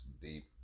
deep